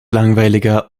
langweiliger